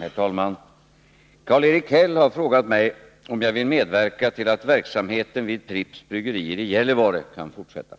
Herr talman! Karl-Erik Häll har frågat mig om jag vill medverka till att verksamheten vid Pripps bryggerier i Gällivare kan fortsätta.